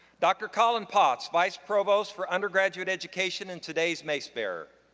dr. colin potts, vice provost for undergraduate education and today's mace bearer.